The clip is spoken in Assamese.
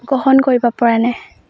গ্ৰহণ কৰিব পৰা নাই